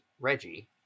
Reggie